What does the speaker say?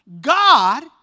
God